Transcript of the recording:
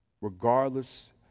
regardless